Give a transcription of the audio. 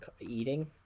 eating